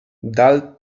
dal